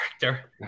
character